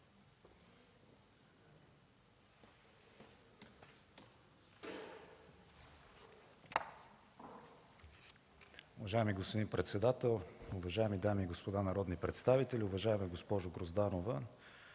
Уважаема госпожо председател, уважаеми дами и господа народни представители! Уважаеми господин Монев,